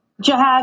Jihad